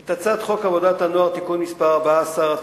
את הצעת חוק עבודת הנוער (תיקון מס' 14),